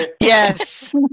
Yes